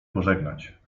pożegnać